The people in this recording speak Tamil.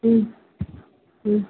ம் ம்